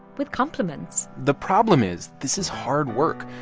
with compliments the problem is this is hard work.